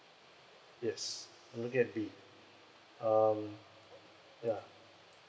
yes I'm looking at B um ya